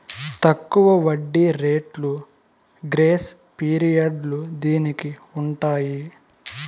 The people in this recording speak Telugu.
తక్కువ వడ్డీ రేట్లు గ్రేస్ పీరియడ్లు దీనికి ఉంటాయి